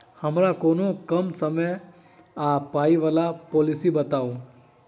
हमरा कोनो कम समय आ पाई वला पोलिसी बताई?